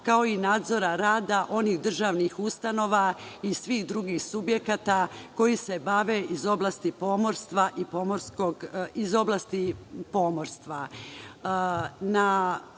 kao i nadzora rada onih državnih ustanova i svih drugih subjekata, koji se bave iz oblasti pomorstva.